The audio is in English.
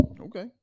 okay